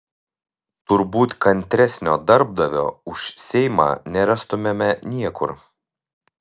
turbūt kantresnio darbdavio už seimą nerastumėme niekur